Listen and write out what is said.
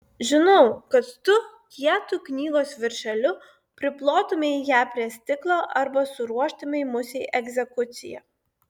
žinau kad tu kietu knygos viršeliu priplotumei ją prie stiklo arba suruoštumei musei egzekuciją